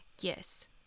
Yes